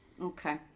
Okay